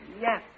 Yes